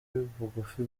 bugufi